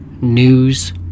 news